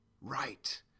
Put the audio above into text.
right